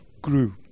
grew